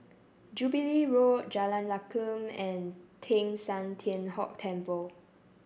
Jubilee Road Jalan Lakum and Teng San Tian Hock Temple